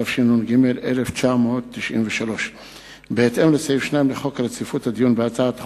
התשנ"ג 1993. בהתאם לסעיף 2 לחוק רציפות הדיון בהצעות חוק,